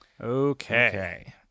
Okay